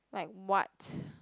like what